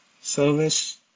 service